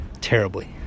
terribly